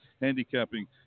handicapping